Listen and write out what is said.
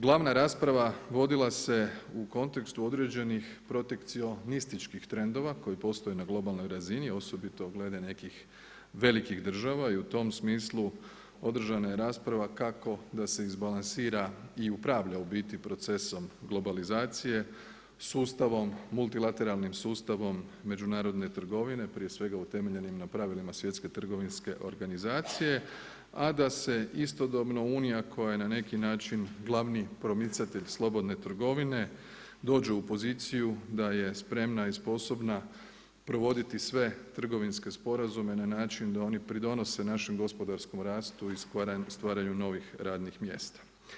Glavna rasprava vodila se u kontekstu određenih protekcionističkih trendova, koji postoje na globalnoj razini, osobito glede nekih velikih država i u tom smislu održana je rasprava kako da se izbalansira i upravlja u biti procesom globalizacije, sustavom, multilateralnim sustavom međunarodne trgovine, prije svega utemeljenim na pravilima Svjetske trgovinske organizacije, a da se istodobno unija koja je na neki način glavni promicatelj slobodne trgovine, dođe u poziciju da je spremna i sposobna provoditi sve trgovinske sporazume na način da oni pridonose našem gospodarskom rastu i stvaranju novih radnih mjesta.